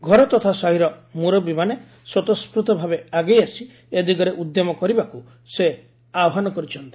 ଘର ତଥା ସାହିର ମୁରବୀମାନେ ସ୍ୱତଃସ୍ୱର୍ଉଭାବେ ଆଗେଇ ଆସି ଏ ଦିଗରେ ଉଦ୍ୟମ କରିବାକୁ ସେ ଆହ୍ବାନ କରିଛନ୍ତି